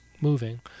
moving